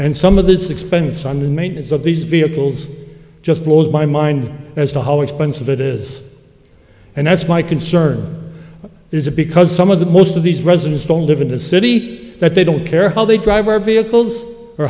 and some of this expense on the maintenance of these vehicles just blows my mind as to how expensive it is and that's my concern is that because some of the most of these residents don't live in the city that they don't care how they drive our vehicles